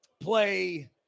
play